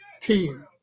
team